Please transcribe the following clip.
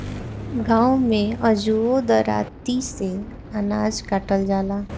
गाँव में अजुओ दराँती से अनाज काटल जाला